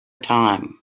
time